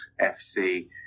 FC